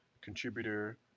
contributor